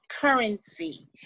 currency